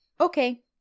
Okay